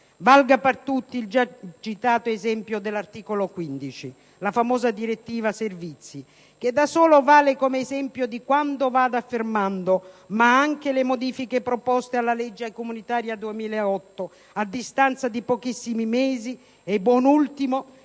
Valga per tutti il già citato esempio dell'articolo 15, la famosa direttiva servizi, che da solo vale come esempio di quanto sto affermando; ma non vanno dimenticate neppure le modifiche proposte alla legge comunitaria 2008 a distanza di pochissimi mesi dalla